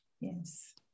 Yes